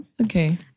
Okay